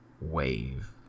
wave